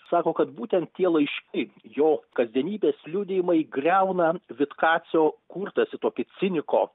sako kad būtent tie laiškai jo kasdienybės liudijimai griauna vitkavio kurtąsi tokį ciniko